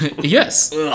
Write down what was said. Yes